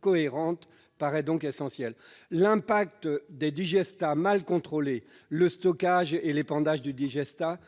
cohérentes, paraît donc essentiel. Il faut prendre en compte, ensuite, l'impact des digestats : mal contrôlés, le stockage et l'épandage du digestat